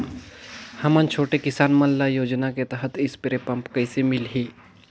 हमन छोटे किसान मन ल योजना के तहत स्प्रे पम्प कइसे मिलही?